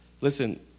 Listen